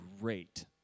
great